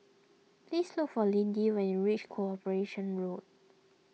please look for Lindy when you reach Corporation Road